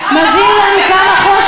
איפה החוק?